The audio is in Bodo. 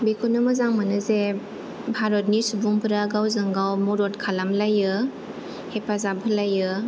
बेखौनो मोजां मोनो जे भारतनि सुबुंफ्रा गावजों गाव मदद खालामलायो हेफाजाब होलायो